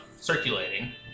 circulating